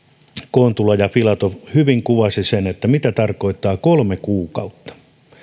kontula ja filatov hyvin kuvasivat sen mitä tarkoittaa kolme kuukautta